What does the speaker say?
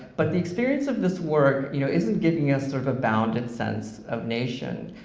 but the experience of this work you know isn't giving us sort of a bounded sense of nation.